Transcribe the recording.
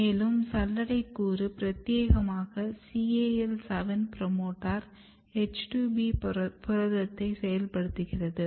மேலும் சல்லடை கூறுக்கு பிரத்யேகமாக CAL 7 புரோமோட்டார் H2B புரதத்தை செயல்படுத்துகிறது